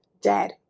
dead